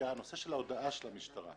של ההודעה של המשטרה.